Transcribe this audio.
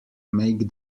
make